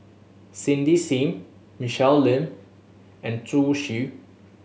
Cindy Sim Michelle Lim and Zhu Xu